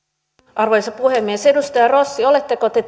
arvoisa puhemies edustaja rossi oletteko te